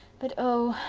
but oh,